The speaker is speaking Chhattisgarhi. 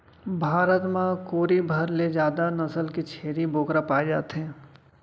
भारत म कोरी भर ले जादा नसल के छेरी बोकरा पाए जाथे